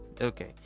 Okay